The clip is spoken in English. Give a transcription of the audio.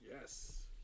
Yes